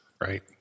right